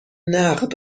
نقد